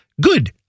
good